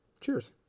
Cheers